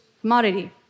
commodity